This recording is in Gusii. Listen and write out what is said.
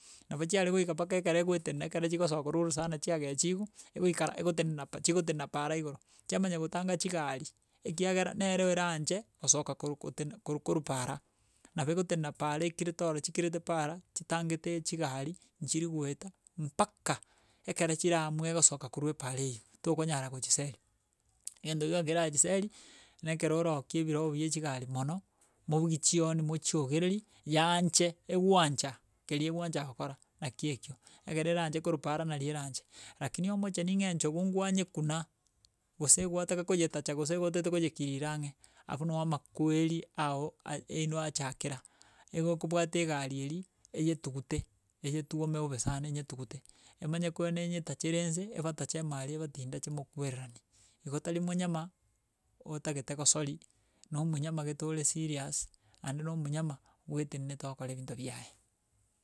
Nabo chiare goika mpaka ekere egoetenena ekero chigosoka korwa orosana chiagechiwu, egoikara egotenena pa chigotenena paara igoro, chiamanya gotanga chigari ekiagera nero era anche gosoka korwa kotenena korwa paara nabo egotenena paara ekirete oro chikirite paara, chitangeteee chigari, nchiri goeta mpaka ekero chira amue gosoka korwa epaara eywo, tokonyara gochiseri. Egento ngeiyo kerachiseri na ekero orookie ebirobu bia echigari mono mobugi chihoni mochiogereri, yaanche egwancha keri egoancha gokora naki ekio, egere eranche korwa paara nari era anche. Lakini omocheni ng'a enchogu ngwanyekuna gose gwataka koyetacha gose gwataete konyeikera ang'e abu noo amakweri ago a- eino achakera egokobwata egari eria, eyetugute enyetwome bobe sana enyetugute, emanye koenda enyetachere nse ebatache ime arie ebatindache mokwererani. igo tari monyama otagete gosori na omonyama gete ore serious, aende na omonyama oetenenete ogokora ebinto biaye.